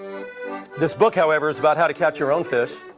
this book, however, is about how to catch your own fish.